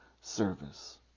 service